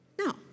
No